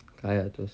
kayathos